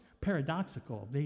paradoxical